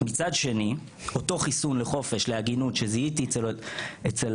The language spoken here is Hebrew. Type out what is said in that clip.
מצד שני, אותו חיסון לחופש להגינות שזיהיתי אצל